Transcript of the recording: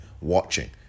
watching